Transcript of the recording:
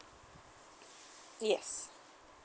yes